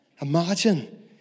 Imagine